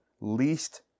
least